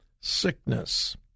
sickness